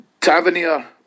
Tavernier